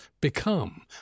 become